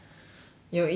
有一点点